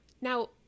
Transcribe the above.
Now